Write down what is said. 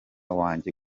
wanjye